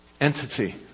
entity